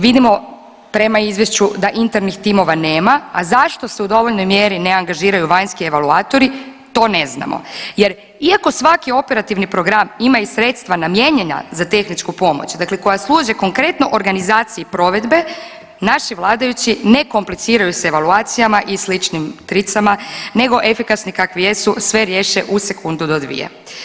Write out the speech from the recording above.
Vidimo prema izvješću da internih timova nema, a zašto se u dovoljnoj mjeri ne angažiraju vanjski evaluatori to ne znamo jer iako svaki operativni program ima i sredstva namijenjena za tehničku pomoć, dakle koja služe konkretno organizaciji provedbe, naši vladajući ne kompliciraju s evaluacijama i sličnim tricama nego efikasni kakvi jesu sve riješe u sekundu do dvije.